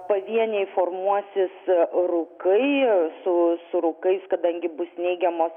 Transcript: pavieniai formuosis rūkai su su rūkais kadangi bus neigiamos